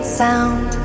sound